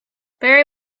very